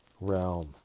realm